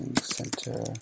Center